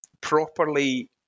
properly –